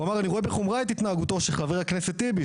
הוא אמר: ״אני רואה בחומרה את התנהגותו של חבר הכנסת טיבי,